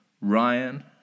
Ryan